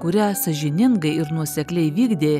kurią sąžiningai ir nuosekliai vykdė